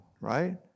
right